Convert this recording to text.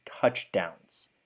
touchdowns